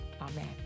Amen